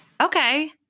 Okay